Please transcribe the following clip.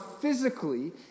physically